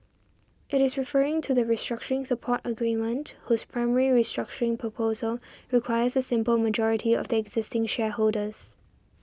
it is referring to the restructuring support agreement whose primary restructuring proposal requires a simple majority of the existing shareholders